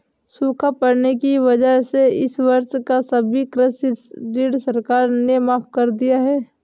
सूखा पड़ने की वजह से इस वर्ष का सभी कृषि ऋण सरकार ने माफ़ कर दिया है